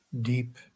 deep